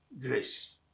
Grace